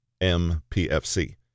MPFC